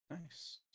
nice